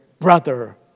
brother